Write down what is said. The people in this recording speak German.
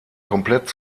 komplett